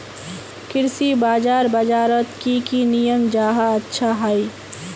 कृषि बाजार बजारोत की की नियम जाहा अच्छा हाई?